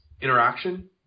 interaction